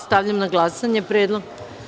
Stavljam na glasanje predlog.